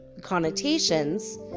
connotations